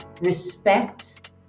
respect